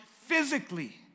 physically